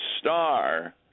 star